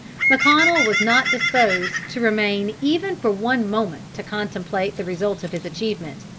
mcconnel was not disposed to remain even for one moment to contemplate the result of his achievement.